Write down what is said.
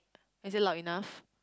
is it loud enough